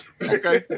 Okay